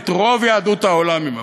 את רוב יהדות העולם היא מפלה.